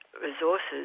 Resources